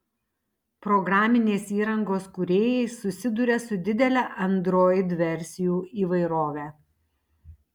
programinės įrangos kūrėjai susiduria su didele android versijų įvairove